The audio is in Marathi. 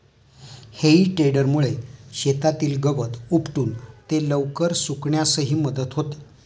हेई टेडरमुळे शेतातील गवत उपटून ते लवकर सुकण्यासही मदत होते